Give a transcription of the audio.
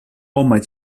home